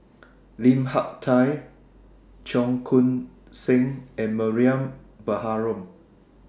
Lim Hak Tai Cheong Koon Seng and Mariam Baharom